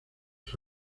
los